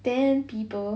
ten people